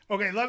Okay